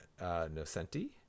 Nocenti